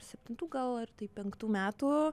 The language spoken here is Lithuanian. septintų gal ar tai penktų metų